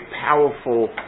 powerful